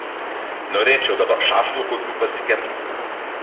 norėčiau dabar šašlų kokių pasikept